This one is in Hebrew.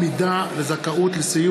הבנקאות (שירות ללקוח)